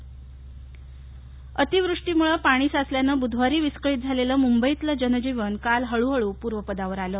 मुंबई अतिवृष्टिमुळे पाणी साचल्यानं बुधवारी विस्कळित झालेलं मुंबईतलं जनजीवन काल हळू हळू पूर्वपदावर आलं